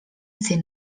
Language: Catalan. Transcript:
ser